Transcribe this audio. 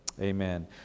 Amen